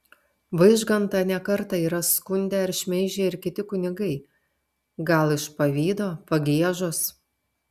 vaižgantą ne kartą yra skundę ar šmeižę ir kiti kunigai gal iš pavydo pagiežos